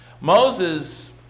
Moses